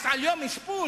מס על יום אשפוז?